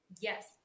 Yes